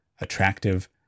attractive